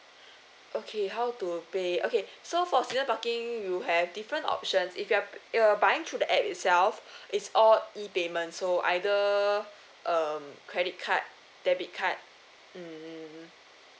okay how to pay okay so for season parking you have different options if you're uh buying through the A_P_P itself it's all E_payment so either um credit card debit card mm